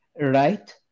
right